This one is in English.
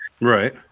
Right